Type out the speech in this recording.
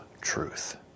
truth